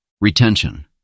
Retention